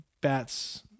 bats